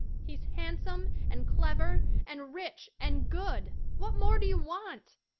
he's handsome and clever and rich and good. what more do you want?